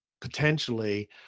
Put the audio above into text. potentially